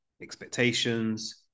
expectations